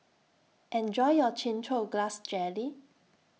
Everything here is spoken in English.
Enjoy your Chin Chow Grass Jelly